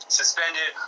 suspended